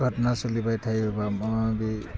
घातना सोलिबाय थायो बा माबा माबि